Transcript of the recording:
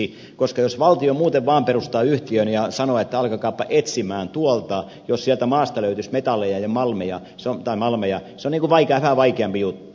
koska jos valtio muuten vaan perustaa yhtiön ja sanoo että alkakaapa etsiä tuolta jos sieltä maasta löytyisi metalleja ja malmeja se on vähän vaikeampi juttu